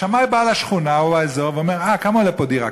השמאי בא לשכונה או לאזור ואומר: כמה עולה פה דירה?